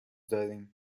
داریم